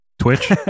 Twitch